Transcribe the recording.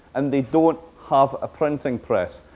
and they don't have a printing press,